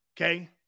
Okay